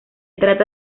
trata